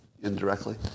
indirectly